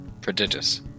prodigious